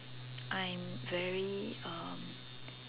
I'm very um